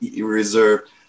reserved